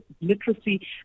literacy